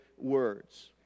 words